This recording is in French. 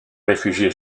réfugiés